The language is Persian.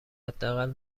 حداقل